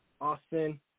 Austin